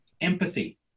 empathy